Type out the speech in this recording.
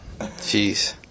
Jeez